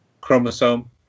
chromosome